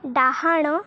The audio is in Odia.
ଡାହାଣ